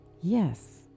yes